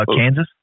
Kansas